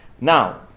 Now